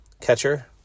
catcher